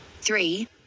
three